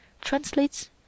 translates